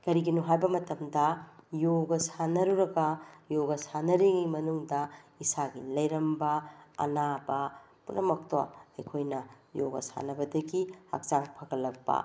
ꯀꯔꯤꯒꯤꯅꯣ ꯍꯥꯏꯕ ꯃꯇꯝꯗ ꯌꯣꯒ ꯁꯥꯟꯅꯔꯨꯔꯒ ꯌꯣꯒ ꯁꯥꯟꯅꯔꯤꯉꯩꯒꯤ ꯃꯅꯨꯡꯗ ꯏꯁꯥꯒꯤ ꯂꯩꯔꯝꯕ ꯑꯅꯥꯕ ꯄꯨꯝꯅꯃꯛꯇꯣ ꯑꯩꯈꯣꯏꯅ ꯌꯣꯒ ꯁꯥꯟꯅꯕꯗꯒꯤ ꯍꯛꯆꯥꯡ ꯐꯒꯠꯂꯛꯄ